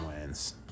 wins